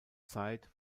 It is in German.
zeit